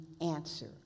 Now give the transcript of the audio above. answer